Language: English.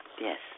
yes